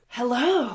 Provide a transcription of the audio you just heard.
Hello